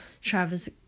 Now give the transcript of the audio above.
Travis